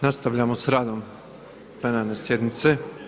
Nastavljamo sa radom plenarne sjednice.